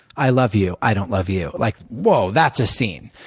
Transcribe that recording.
i love you. i don't love you. like whoa. that's a scene.